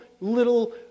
little